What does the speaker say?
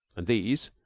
and these